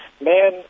Man